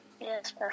Yes